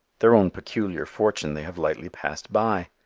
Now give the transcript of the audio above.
their own peculiar fortune they have lightly passed by.